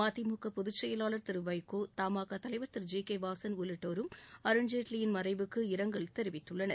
மதிமுக பொதுச்செயலாளர் திருவைகோ தமாகா தலைவர் திரு ஜி பகே வாசன் உள்ளிட்டோரும் அருண்ஜேட்லியின் மறைவுக்கு இரங்கல் தெரிவித்துள்ளனர்